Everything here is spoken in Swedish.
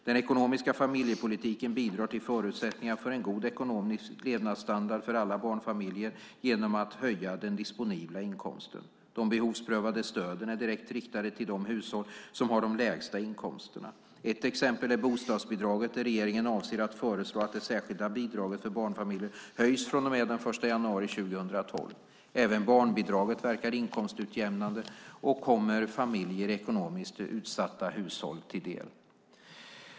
Den ekonomiska familjepolitiken bidrar till förutsättningarna för en god ekonomisk levnadsstandard för alla barnfamiljer genom att höja den disponibla inkomsten. De behovsprövade stöden är direkt riktade till de hushåll som har de lägsta inkomsterna. Ett exempel är bostadsbidraget, där regeringen avser att föreslå att det särskilda bidraget för barnfamiljer höjs från och med den 1 januari 2012. Även barnbidraget verkar inkomstutjämnande och kommer familjer i ekonomiskt utsatta hushåll till del.